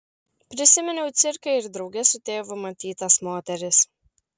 prisiminiau cirką ir drauge su tėvu matytas moteris